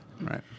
right